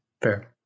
fair